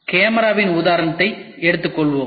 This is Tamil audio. கேமராவின் உதாரணத்தை எடுத்துக் கொள்வோம்